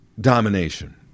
domination